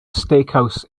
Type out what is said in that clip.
steakhouse